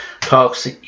talks